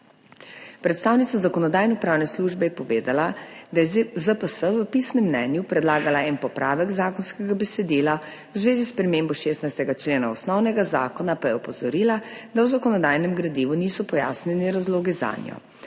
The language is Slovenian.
Predstavnica Zakonodajno-pravne službe je povedala, da je ZPS v pisnem mnenju predlagala en popravek zakonskega besedila. V zvezi s spremembo 16. člena osnovnega zakona pa je opozorila, da v zakonodajnem gradivu niso pojasnjeni razlogi zanjo.